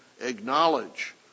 acknowledge